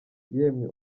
yemwe